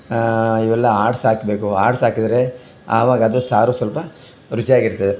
ಇವೆಲ್ಲ ಆಡ್ಸಾಕ್ಬೇಕು ಆಡ್ಸಾಕಿದ್ರೆ ಆವಾಗದು ಸಾರು ಸ್ವಲ್ಪ ರುಚಿಯಾಗಿರ್ತದೆ